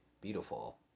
beautiful